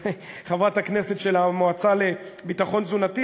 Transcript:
חברת הכנסת, של המועצה לביטחון תזונתי.